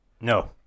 No